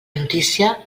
notícia